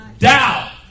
Doubt